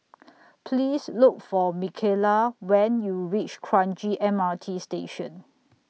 Please Look For Mckayla when YOU REACH Kranji M R T Station